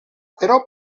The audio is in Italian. però